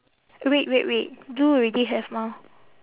red red red blue already have mah